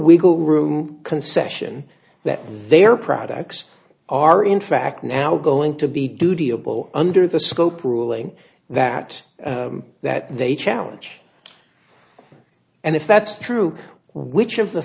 wiggle room concession that their products are in fact now going to be dutiable under the scope ruling that that they challenge and if that's true which of the